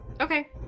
Okay